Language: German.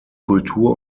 kultur